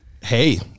Hey